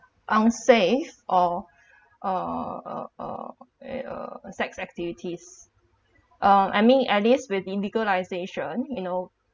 unsafe or uh uh uh uh sex activities um I mean at least with the legalisation you know